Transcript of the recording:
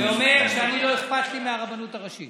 ואומר שלא אכפת לי מהרבנות הראשית.